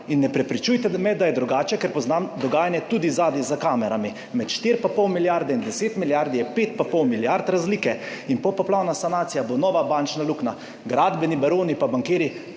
In ne prepričujte me, da je drugače, ker poznam dogajanje tudi zadaj za kamerami. Med 4,5 milijarde in 10 milijard je 5,5 milijarde razlike in popoplavna sanacija bo nova bančna luknja. Gradbeni baroni in bankirji